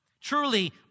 truly